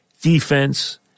defense